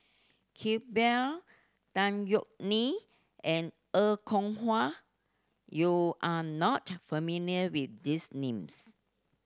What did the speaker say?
Iqbal Tan Yeok Nee and Er Kwong Wah you are not familiar with these names